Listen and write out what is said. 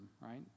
right